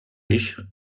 ich